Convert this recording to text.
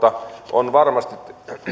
on varmasti